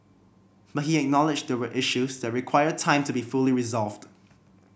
but he acknowledged there were issues that require time to be fully resolved